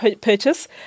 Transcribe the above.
purchase